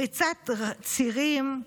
פריצת צירים,